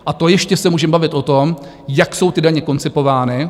A to ještě se můžeme bavit o tom, jak jsou ty daně koncipovány.